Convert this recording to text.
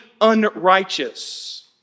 unrighteous